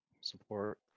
support